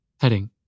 Heading